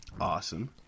Awesome